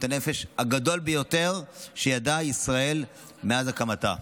הנפש הגדול ביותר שידעה ישראל מאז הקמתה.